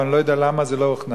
ואני לא יודע למה זה לא הוכנס,